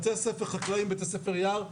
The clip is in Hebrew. בתי ספר חקלאיים, בתי ספר יער.